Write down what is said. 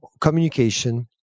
communication